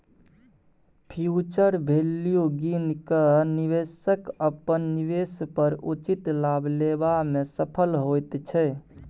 future value गिन केँ निबेशक अपन निबेश पर उचित लाभ लेबा मे सफल होइत छै